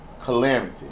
Calamity